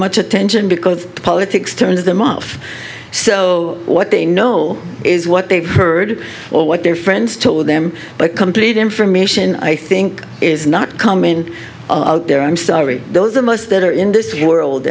much attention because politics turns them off so what they know is what they've heard or what their friends told them but complete information i think is not coming out there i'm sorry those the most that are in this world